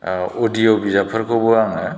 ओ अदिय' बिजाबफोरखौबो आङो